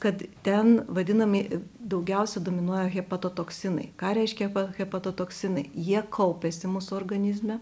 kad ten vadinami daugiausia dominuoja hepatotoksinai ką reiškia hepatotoksinai jie kaupiasi mūsų organizme